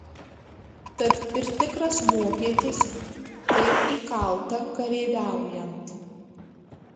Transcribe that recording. tad ir tikras vokietis taip įkalta kareiviaujant